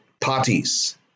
parties